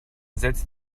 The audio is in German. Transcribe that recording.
setzt